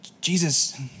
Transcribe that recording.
Jesus